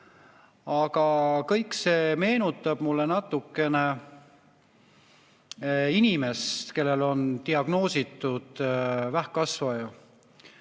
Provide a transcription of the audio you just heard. Aga kõik see meenutab mulle natukene inimest, kellel on diagnoositud vähkkasvaja